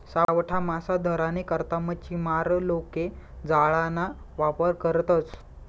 सावठा मासा धरानी करता मच्छीमार लोके जाळाना वापर करतसं